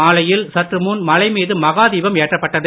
மாலையில் சற்று முன் மலைமீது மகா தீபம் ஏற்றப்பட்டது